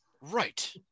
Right